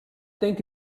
think